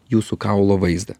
jūsų kaulo vaizdą